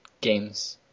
games